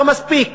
לא מספיק,